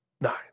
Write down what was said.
Nine